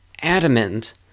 adamant